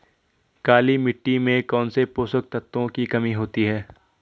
काली मिट्टी में कौनसे पोषक तत्वों की कमी होती है?